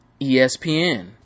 ESPN